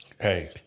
Hey